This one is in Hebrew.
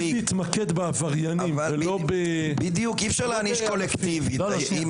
אי אפשר להעניש קולקטיבי.